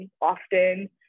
often